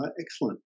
excellent